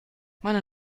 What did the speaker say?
meine